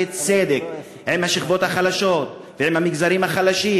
צדק עם השכבות החלשות ועם המגזרים החלשים,